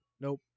nope